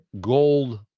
gold